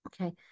Okay